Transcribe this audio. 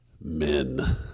men